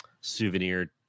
souvenir